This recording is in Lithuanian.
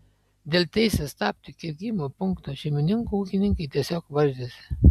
dėl teisės tapti kergimo punkto šeimininku ūkininkai tiesiog varžėsi